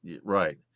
right